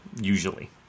usually